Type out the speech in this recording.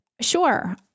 Sure